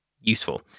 useful